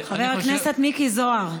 חבר הכנסת מיקי זוהר,